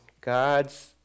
God's